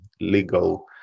legal